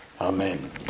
Amen